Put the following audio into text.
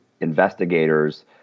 investigators